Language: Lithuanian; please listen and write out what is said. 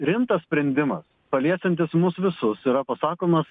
rimtas sprendimas paliesiantis mus visus yra pasakomas